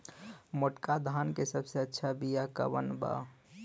मोटका धान के सबसे अच्छा बिया कवन बा?